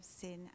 sin